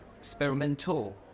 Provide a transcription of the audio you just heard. Experimental